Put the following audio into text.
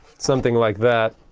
something like that,